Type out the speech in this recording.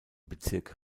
bezirk